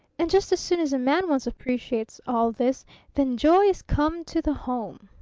and just as soon as a man once appreciates all this then joy is come to the home!